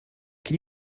can